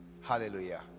hallelujah